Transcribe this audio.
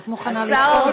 את מוכנה לדחות?